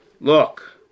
look